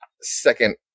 second